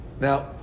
Now